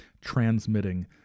transmitting